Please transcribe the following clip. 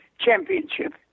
Championship